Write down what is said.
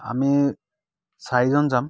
আমি চাৰিজন যাম